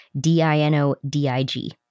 D-I-N-O-D-I-G